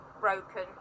broken